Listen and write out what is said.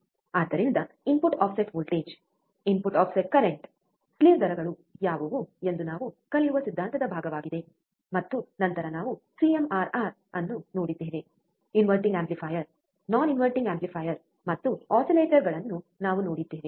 ಆದ್ದರಿಂದ input offset voltage input offset current slew ದರಗಳು ಯಾವುವು ಎಂದು ನಾವು ಕಲಿಯುವ ಸಿದ್ಧಾಂತದ ಭಾಗವಾಗಿದೆ ಮತ್ತು ನಂತರ ನಾವು ಸಿಎಮ್ಆರ್ಆರ್ ಅನ್ನು ನೋಡಿದ್ದೇವೆ inverting amplifier non inverting amplifier ಮತ್ತು ಆಸಿಲೇಟರ್ಗಳನ್ನು ನಾವು ನೋಡಿದ್ದೇವೆ